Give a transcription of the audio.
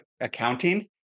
Accounting